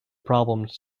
problems